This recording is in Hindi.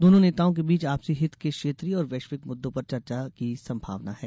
दोनों नेताओं के बीच आपसी हित के क्षेत्रीय और वैश्विक मुद्दों पर चर्चा संभावना है